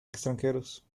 extranjeros